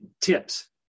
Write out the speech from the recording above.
tips